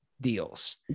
deals